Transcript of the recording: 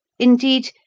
indeed,